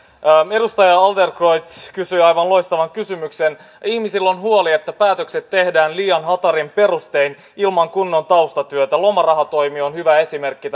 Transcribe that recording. edustaja adlercreutz kysyi aivan loistavan kysymyksen ihmisillä on huoli että päätökset tehdään liian hatarin perustein ilman kunnon taustatyötä lomarahatoimi on hyvä esimerkki